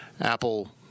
Apple